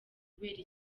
kubera